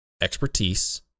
expertise